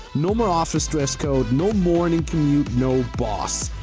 no more office dress code, no morning commute, no boss.